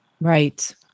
Right